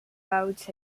boats